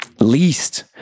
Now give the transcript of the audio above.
least